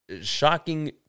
shocking